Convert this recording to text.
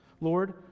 Lord